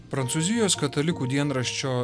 prancūzijos katalikų dienraščio